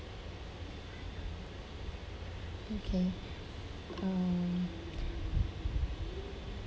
okay um